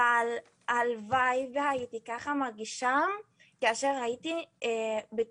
אבל הלוואי והייתי מרגישה ככה כאשר הייתי צעירה יותר,